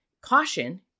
caution